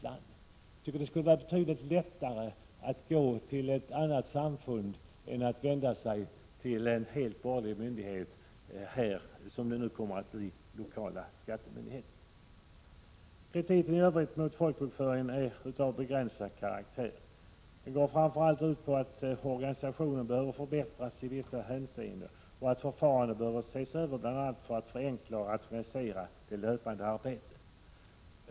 Jag tycker det skulle vara lättare att gå till ett annat samfund än att vända sig till en helt borgerlig myndighet, som i det här fallet kommer att bli den lokala skattemyndigheten. Kritiken i övrigt mot folkbokföringen är av begränsad karaktär. Den går framför allt ut på att organisationen behöver förbättras i vissa hänseenden och att förfarandet behöver ses över, bl.a. för att förenkla och rationalisera det löpande arbetet.